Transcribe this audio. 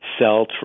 sell